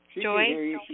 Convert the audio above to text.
Joy